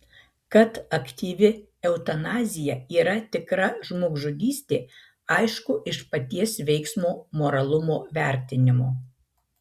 kad aktyvi eutanazija yra tikra žmogžudystė aišku iš paties veiksmo moralumo vertinimo